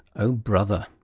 oh brother!